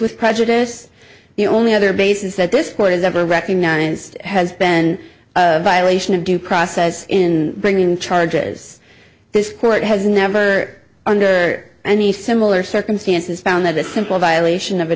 with prejudice the only other bases that this court has ever recognized has been violation of due process in bringing charges this court has never under any similar circumstances found that a simple violation of a